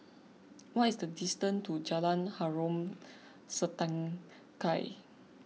what is the distance to Jalan Harom Setangkai